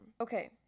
Okay